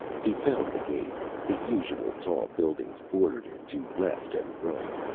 he found the gate. the usual tall buildings bordered it to left and right.